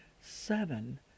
seven